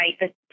right